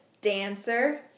Dancer